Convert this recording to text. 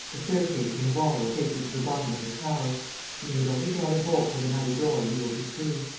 a staircase in the wall will take you to the bottom of the tower. you need only draw the bolts of another door and you will be free.